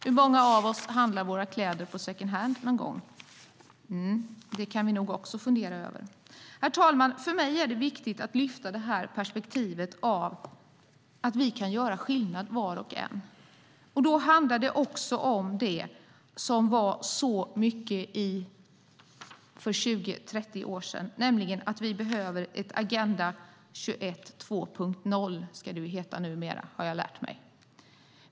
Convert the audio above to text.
Hur många av oss handlar våra kläder på second hand? Det kan vi nog också fundera över. Herr talman! För mig är det viktiga att lyfta upp att vi, var och en, kan göra skillnad. Det handlar också om något som fanns för 20-30 år sedan. Vi behöver ett Agenda 21 2.0, som jag har lärt mig att det ska heta numera.